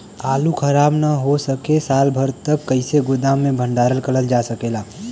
आलू खराब न हो सके साल भर तक कइसे गोदाम मे भण्डारण कर जा सकेला?